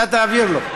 אתה תעביר לו,